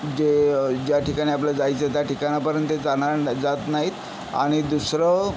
जे ज्या ठिकाणी आपल्याला जायचं त्या ठिकाणापर्यंत जाणार ना जात नाहीत आणि दुसरं